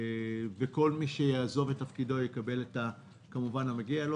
וכל מי שיעזוב את תפקידו יקבל כמובן את המגיע לו,